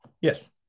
Yes